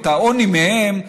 את העוני מהם,